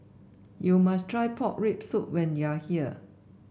you must try Pork Rib Soup when you are here